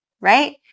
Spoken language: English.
right